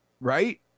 right